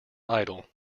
idol